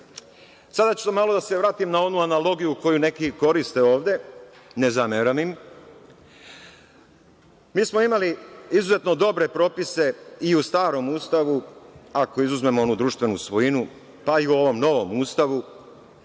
ću malo da se vratim na onu analogiju koju neki koriste ovde, ne zameram im. Mi smo imali izuzetno dobre propise i u starom Ustavu, ako izuzmemo onu društvenu svojinu, pa i u ovom novom Ustavu,